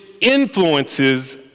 influences